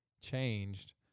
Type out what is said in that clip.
changed